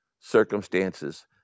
circumstances